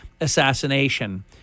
assassination